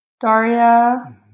Daria